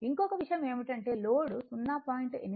ఇంకొక విషయం ఏమిటంటే లోడ్ 0